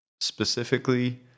specifically